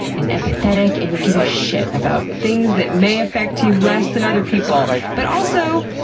and empathetic, and you give a shit about things that may affect you less than other people. but also,